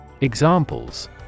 Examples